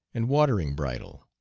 and watering bridle.